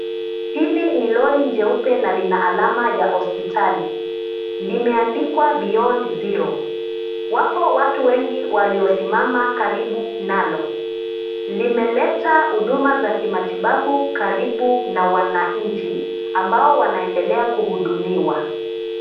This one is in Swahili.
Hili ni lori jeupe na lina alama ya hospitali. Limeandikwa beyond zero . Wapo watu wengi waliosimama karibu nalo. Limeleta huduma za kimatibabu karibu na wananchi ambao wanaendelea kuhudumiwa.